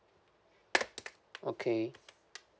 okay